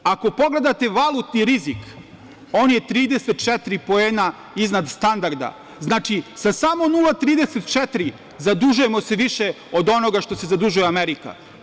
Ako pogledate valutni rizik, on je 34 poena iznad standarda, znači sa samo 0,34 zadužujemo se više od onoga što se zadužuje Amerika.